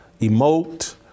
emote